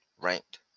ranked